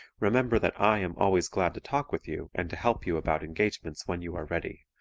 remember that i am always glad to talk with you and to help you about engagements when you are ready,